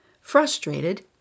Frustrated